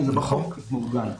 זה מעוגן בחוק.